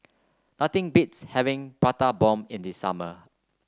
nothing beats having Prata Bomb in the summer